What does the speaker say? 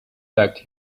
packed